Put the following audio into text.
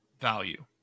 value